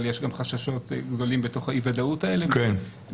אבל יש גם חששות גדולים בתוך האי ודאות הזאת מהתפרצות.